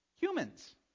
humans